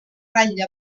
ratlla